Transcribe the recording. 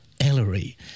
Ellery